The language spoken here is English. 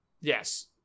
Yes